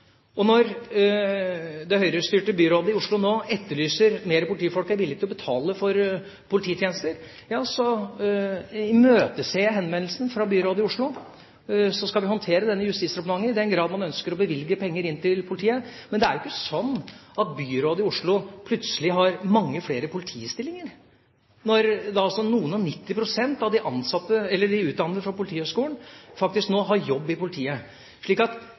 Og når det Høyre-styrte byrådet i Oslo nå etterlyser mer politifolk og er villig til å betale for polititjenester, ja så imøteser jeg henvendelsen fra byrådet i Oslo. Så skal vi håndtere den i Justisdepartementet i den grad man ønsker å bevilge penger inn til politiet. Men det er jo ikke sånn at byrådet i Oslo plutselig har mange flere politistillinger når noen og nitti prosent av de utdannede fra Politihøgskolen faktisk nå har jobb i politiet.